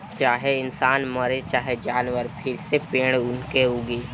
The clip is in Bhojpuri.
चाहे इंसान मरे चाहे जानवर फिर से पेड़ बनके उगी